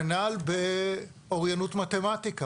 כנ"ל באוריינות מתמטיקה.